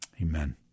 Amen